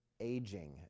aging